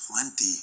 plenty